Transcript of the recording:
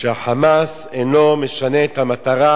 שה"חמאס" אינו משנה את המטרה